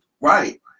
Right